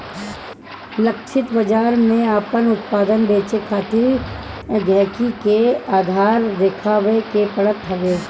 लक्षित बाजार में आपन उत्पाद बेचे खातिर गहकी के आधार देखावे के पड़त हवे